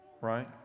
right